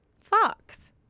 fox